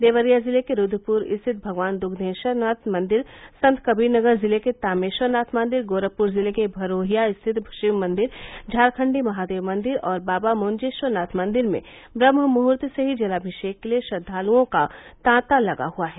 देवरिया जिले के रूद्रपुर स्थित भगवान दुग्धेश्वरनाथ मंदिर संत कबीर नगर जिले के तामेश्वरनाथ मंदिर गोरखपुर जिले के भरोहिया स्थित शिवमंदिर झारखण्डी महादेव मंदिर और बाबा मुंजेश्वरनाथ मंदिर में ब्रम्हमुहूर्त से ही जलाभिषेक के लिए श्रद्वांलुओं का तांता लगा हुआ है